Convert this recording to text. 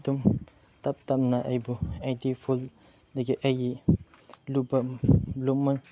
ꯑꯗꯨꯝ ꯇꯝꯇꯝꯅ ꯑꯩꯕꯨ ꯑꯦꯗꯤꯛ ꯐꯨꯜꯗꯒꯤ ꯑꯩ